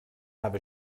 have